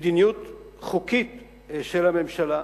מדיניות חוקית של הממשלה.